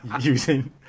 using